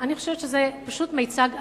אני חושבת שזה פשוט מיצג אלים.